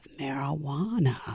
marijuana